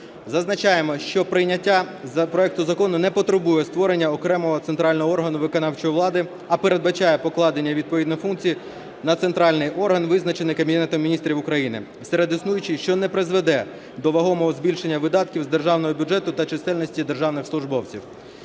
Зазначаємо, що прийняття проекту закону не потребує створення окремого центрального органу виконавчої влади. А передбачає покладення відповідної функції на центральний орган визначений Кабінетом Міністрів України серед існуючих, що не призведе до вагомого збільшення видатків з державного бюджету та чисельності державних службовців.